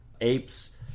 apes